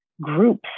groups